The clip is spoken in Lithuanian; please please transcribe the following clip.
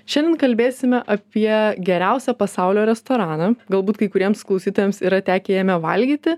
šiandien kalbėsime apie geriausią pasaulio restoraną galbūt kai kuriems klausytojams yra tekę jame valgyti